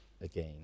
again